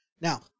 Now